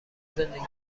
زندگی